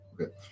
Okay